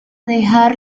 dejar